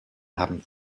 haben